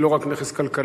היא לא רק נכס כלכלי.